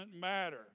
matter